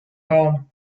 home